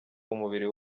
umubiri